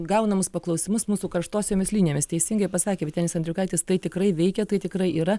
gaunamus paklausimus mūsų karštosiomis linijomis teisingai pasakė vytenis andriukaitis tai tikrai veikia tai tikrai yra